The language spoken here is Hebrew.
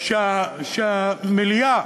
שהמליאה